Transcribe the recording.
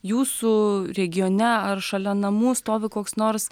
jūsų regione ar šalia namų stovi koks nors